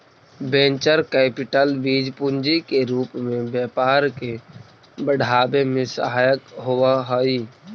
venture capital बीज पूंजी के रूप में व्यापार के बढ़ावे में सहायक होवऽ हई